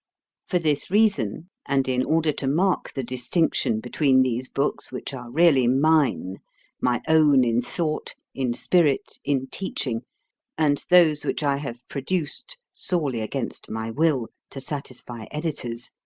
for this reason, and in order to mark the distinction between these books which are really mine my own in thought, in spirit, in teaching and those which i have produced, sorely against my will, to satisfy editors,